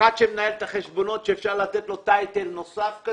אחד שמנהל את החשבונות שאפשר לתת לו טייטל נוסף כזה?